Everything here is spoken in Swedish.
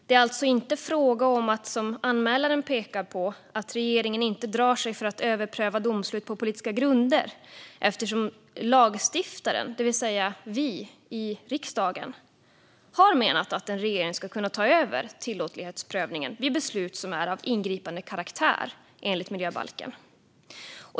Det är alltså inte fråga om, som anmälaren pekar på, att "regeringen inte drar sig för att överpröva domslut på politiska grunder", eftersom som lagstiftaren, det vill säga vi i riksdagen, har menat att en regering ska kunna ta över tillåtlighetsprövningen vid beslut som är av ingripande karaktär, enligt miljöbalken.